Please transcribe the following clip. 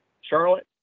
Charlotte